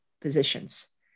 positions